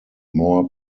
more